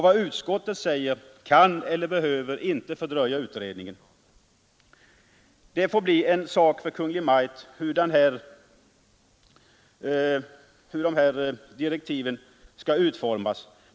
Vad utskottet säger kan och behöver inte fördröja utredningen. Hur dessa direktiv skall utformas får bli en sak för Kungl. Maj:t.